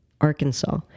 Arkansas